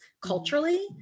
culturally